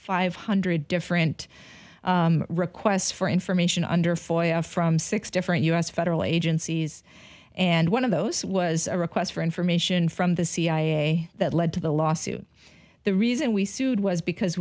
five hundred different requests for information under foyer from six different u s federal agencies and one of those was a request for information from the cia that led to the lawsuit the reason we sued was because